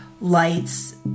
lights